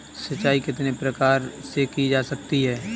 सिंचाई कितने प्रकार से की जा सकती है?